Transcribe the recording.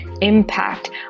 impact